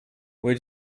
where